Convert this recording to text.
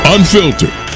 Unfiltered